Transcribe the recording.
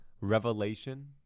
Revelation